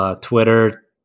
Twitter